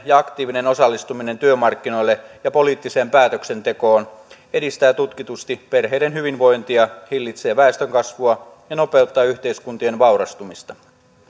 ja aktiivinen osallistumisensa työmarkkinoille ja poliittiseen päätöksentekoon edistää tutkitusti perheiden hyvinvointia hillitsee väestönkasvua ja nopeuttaa yhteiskuntien vaurastumista